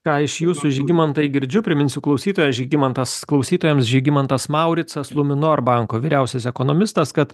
ką iš jūsų žygimantai girdžiu priminsiu klausytojai žygimantas klausytojams žygimantas mauricas luminor banko vyriausias ekonomistas kad